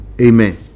Amen